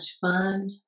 fun